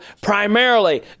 primarily